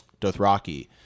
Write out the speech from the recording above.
Dothraki